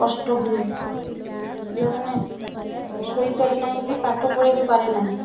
କଷ୍ଟ ହୁଏ ପିଲାମାନେ ଶୋଇପାରେ ନାହିଁ ବି ପାଠ ପଢ଼ି ବିି ପାରେ ନାହିଁ